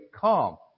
calm